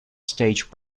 stage